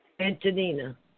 Antonina